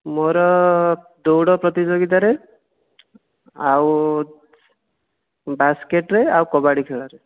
ମୋର ଦୌଡ଼ ପ୍ରତିଯୋଗିତାରେ ଆଉ ବାସ୍କେଟ୍ରେ ଆଉ କବାଡ଼ି ଖେଳରେ